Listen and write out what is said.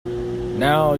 now